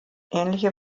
ähnliche